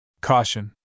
Caution